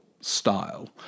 style